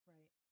Right